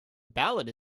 ballad